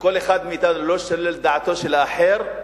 וכל אחד מאתנו לא שולל את דעתו של האחר,